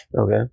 Okay